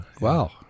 Wow